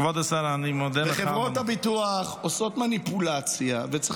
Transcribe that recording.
חברות הביטוח עושות מניפולציה, וצריך